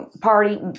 party